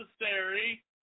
necessary